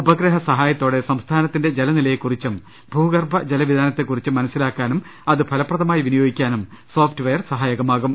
ഉപഗ്രഹ സഹായത്തോടെ സംസ്ഥാനത്തിന്റെ ജലനിലയെക്കുറിച്ചും ഭൂഗർഭ ജലവിതാനത്തെക്കുറിച്ചും മനസിലാക്കാനും അത് ഫലപ്രദമായി വിനിയോഗിക്കാനും സോഫ്റ്റ്വെയർ സഹായകമാകും